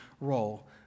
role